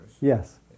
Yes